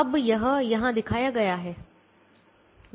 अब यह यहाँ दिखाया गया है